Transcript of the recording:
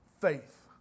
faith